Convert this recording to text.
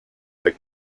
the